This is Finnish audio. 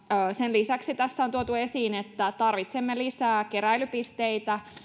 sen lisäksi tässä on tuotu esiin että tarvitsemme lisää keräilypisteitä